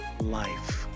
life